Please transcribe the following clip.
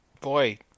Boy